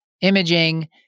imaging